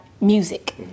Music